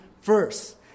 first